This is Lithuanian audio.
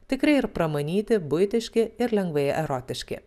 tikrai ir pramanyti buitiškai ir lengvai erotiški